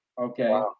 Okay